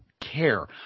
care